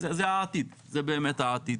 זה באמת העתיד.